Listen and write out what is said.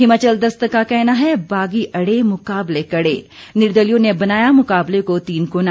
हिमाचल दस्तक का कहना है बागी अड़े मुकाबले कड़े निर्दलीयों ने बनाया मुकाबले को तिकोना